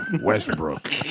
Westbrook